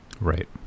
right